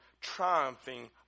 triumphing